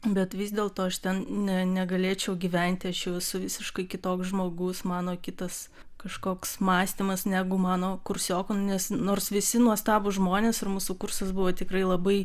bet vis dėlto aš ten ne negalėčiau gyventi aš jau esu visiškai kitoks žmogus mano kitas kažkoks mąstymas negu mano kursiokų nes nors visi nuostabūs žmonės ir mūsų kursas buvo tikrai labai